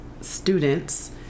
students